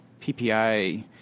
PPI